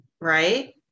right